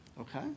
Okay